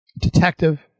detective